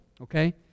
okay